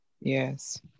Yes